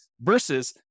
versus